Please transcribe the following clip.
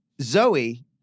Zoe